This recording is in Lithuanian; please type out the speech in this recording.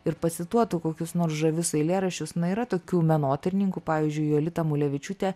ir pacituotų kokius nors žavius eilėraščius na yra tokių menotyrininkų pavyzdžiui jolita mulevičiūtė